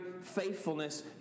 faithfulness